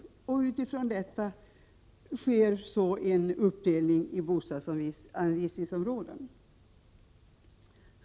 Med denna kartläggning som grund sker så en uppdelning i bostadsanvisningsområden.